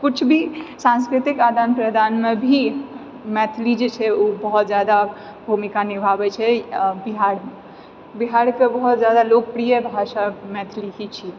किछु भी सान्स्कृतिक आदान प्रदानमे भी मैथिली जे छै ओ बहुत जादा भूमिका निभाबै छै बिहारमे बिहारके बहुत जादा लोकप्रिय भाषा मैथिली ही छिऐ